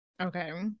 okay